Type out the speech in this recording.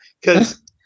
because-